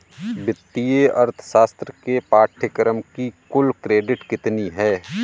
वित्तीय अर्थशास्त्र के पाठ्यक्रम की कुल क्रेडिट कितनी है?